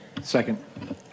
second